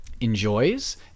enjoys